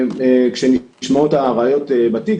כשנשמעות הראיות בתיק,